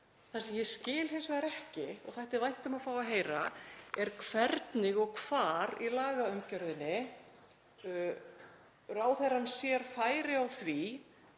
Það sem ég skil hins vegar ekki, og þætti vænt um að fá að heyra, er hvernig og hvar í lagaumgjörðinni ráðherrann sér færi á því